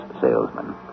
salesman